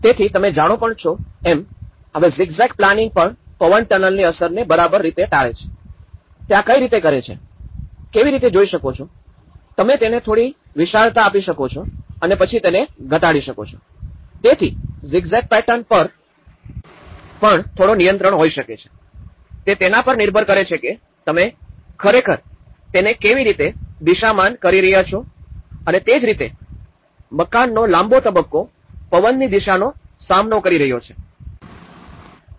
તેથી તમે પણ જાણો છો એમ હવે ઝિગઝેગ પ્લાનિંગ પણ પવન ટનલની અસરને બરાબર ટાળે છે તે આ કઈ રીતે કરે છે કેવી રીતે જોઈ શકો છો તમે તેને થોડી વિશાળતા આપી શકો છો અને પછી તેને ઘટાડી શકો છો તેથી ઝિગઝેગ પેટર્ન પર પણ થોડો નિયંત્રણ હોઈ શકે છે તે તેના પર નિર્ભર કરે છે કે તમે ખરેખર તેને કેવી રીતે દિશામાન કરી રહ્યાં છો અને તે જ રીતે મકાનનો લાંબો તબક્કો પવનની દિશાનો સામનો કરી રહ્યો છે